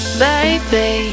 baby